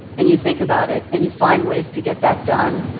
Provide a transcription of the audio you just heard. and you think about it, and you find ways to get that done.